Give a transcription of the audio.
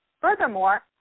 furthermore